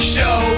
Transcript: Show